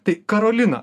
tai karolina